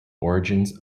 origins